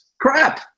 Crap